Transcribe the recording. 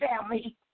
family